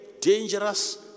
dangerous